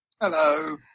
Hello